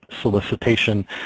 solicitation